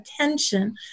attention